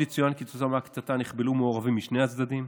עוד יצוין כי כתוצאה מהקטטה נחבלו מעורבים משני הצדדים,